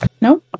No